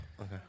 Okay